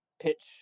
pitch